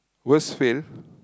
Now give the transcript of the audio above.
worst fail